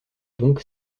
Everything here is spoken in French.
donc